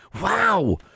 Wow